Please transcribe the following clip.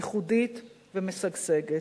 ייחודית ומשגשגת.